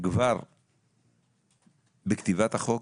כבר בכתיבת החוק